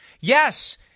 yes